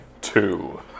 Two